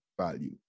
value